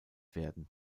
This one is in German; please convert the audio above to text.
werden